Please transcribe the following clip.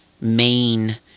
main